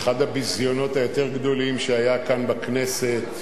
לאחד הביזיונות היותר גדולים שהיו כאן בכנסת.